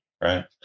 right